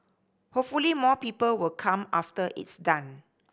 hopefully more people will come after it's done